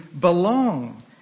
belong